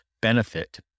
benefit